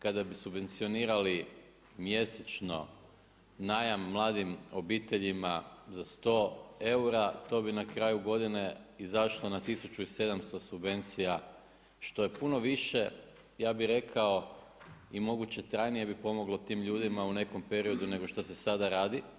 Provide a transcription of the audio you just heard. Kada bi subvencionirali mjesečno najma mladim obiteljima za 100 eura, to bi na kraju godine izašlo na 1700 subvencija što je puno više, ja bi rekao i moguće trajnije bi pomoglo tim ljudima u nekom periodu nego što se sada radi.